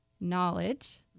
knowledge